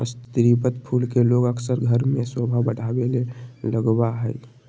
स्रीवत फूल के लोग अक्सर घर में सोभा बढ़ावे ले लगबा हइ